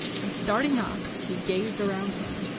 and, starting up, he gazed around him,